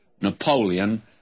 Napoleon